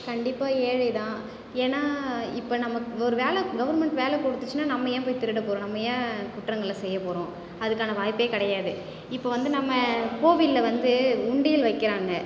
கண்டிப்பாக ஏழை தான் ஏனால் இப்போது நமக்கு ஒருவேளை கவர்ன்மென்ட் வேலை கொடுத்துச்சுனா நம்ம ஏன் போய் திருடப் போறோம் நம்ம ஏன் குற்றங்களை செய்யப்போகிறோம் அதுக்கான வாய்ப்பே கிடையாது இப்போது வந்து நம்ம கோவிலில் வந்து உண்டியல் வைக்கிறாங்க